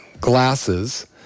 glasses